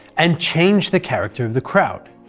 and changed the character of the crowd.